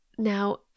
Now